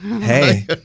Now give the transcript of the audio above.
Hey